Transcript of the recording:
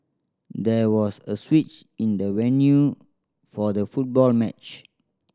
there was a switch in the venue for the football match